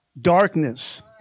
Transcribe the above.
darkness